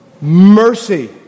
Mercy